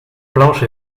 planche